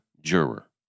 juror